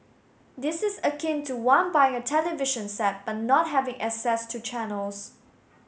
this is akin to one buying a television set but not having access to channels